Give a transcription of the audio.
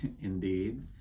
Indeed